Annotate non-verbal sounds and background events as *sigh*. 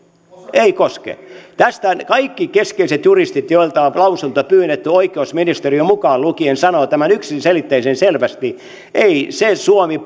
ei koske tästä kaikki keskeiset juristit joilta on lausuntoa pyydetty oikeusministeriö mukaan lukien sanovat tämän yksiselitteisen selvästi ei se suomi *unintelligible*